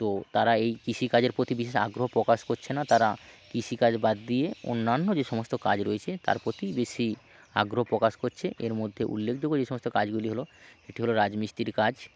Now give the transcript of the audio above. তো তারা এই কৃষিকাজের প্রতি বিশেষ আগ্রহ প্রকাশ করছে না তারা কৃষিকাজ বাদ দিয়ে অন্যান্য যে সমস্ত কাজ রয়েছে তার প্রতিই বেশি আগ্রহ প্রকাশ কচ্ছে এর মধ্যে উল্লেখযোগ্য যে সমস্ত কাজগুলি হলো একটি হলো রাজমিস্ত্রির কাজ